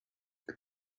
what